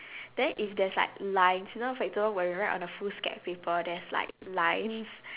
then if there's like lines you know for example when we write on a foolscap paper there's like lines